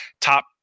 top